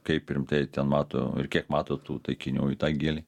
kaip rimtai ten mato ir kiek mato tų taikinių į tą gylį